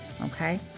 Okay